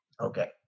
Okay